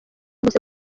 bazi